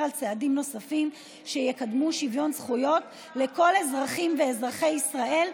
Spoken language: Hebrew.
על צעדים נוספים שיקדמו שוויון זכויות לכל אזרחיות ואזרחי ישראל,